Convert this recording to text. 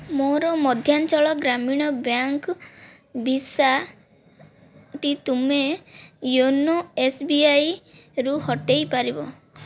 ମୋର ମଧ୍ୟାଞ୍ଚଳ ଗ୍ରାମୀଣ ବ୍ୟାଙ୍କ୍ ଭିସାଟି ତୁମେ ୟୋନୋ ଏସ୍ବିଆଇରୁ ହଟାଇ ପାରିବ